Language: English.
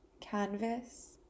canvas